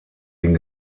den